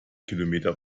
kilometer